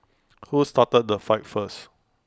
who started the fight first